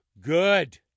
Good